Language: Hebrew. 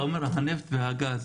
אתה אומר, הנפט והגז.